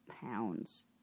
pounds